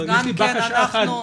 יש לי בקשה אחת,